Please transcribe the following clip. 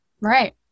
Right